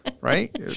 right